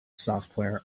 software